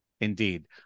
Indeed